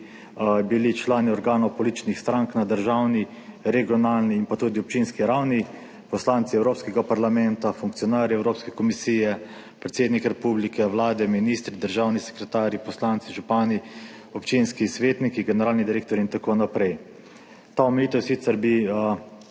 člani organov političnih strank na državni, regionalni in pa tudi občinski ravni, poslanci Evropskega parlamenta, funkcionarji Evropske komisije, predsednik republike, vlade, ministri, državni sekretarji, poslanci, župani, občinski svetniki, generalni direktorji in tako naprej. Ta omejitev bi